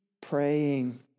praying